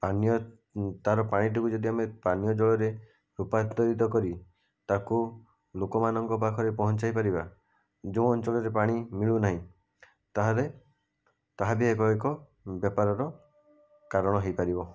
ପାନୀୟ ତାର ପାଣିଟିକୁ ଯଦି ଆମେ ପାନୀୟ ଜଳରେ ରୂପାନ୍ତରିତ କରି ତାକୁ ଲୋକମାନଙ୍କ ପାଖରେ ପହଞ୍ଚାଇ ପାରିବା ଯଉଁ ଅଞ୍ଚଳରେ ପାଣି ମିଳୁନାହିଁ ତାହେଲେ ତାହା ବି ଏକ ଏକ ବେପାରର କାରଣ ହୋଇପାରିବ